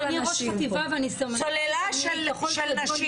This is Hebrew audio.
לא, אני ראש חטיבה ואני --- סוללה של נשים.